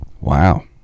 Wow